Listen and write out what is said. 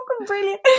brilliant